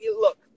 look